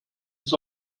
ist